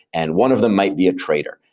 and one of them might be a traitor.